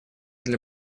для